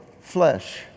flesh